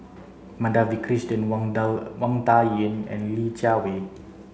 Madhavi Krishnan Wang Dao Wang Dayuan and Li Jiawei